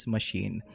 Machine